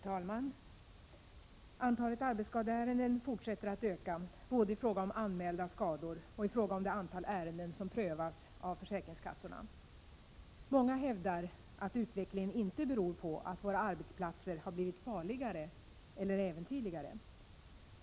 Herr talman! Antalet arbetsskadeärenden fortsätter att öka, både i fråga om anmälda skador och i fråga om ärenden som prövats av försäkringskassorna. Många hävdar att utvecklingen inte beror på att våra arbetsplatser har blivit farligare eller äventyrligare.